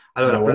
Allora